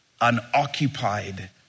unoccupied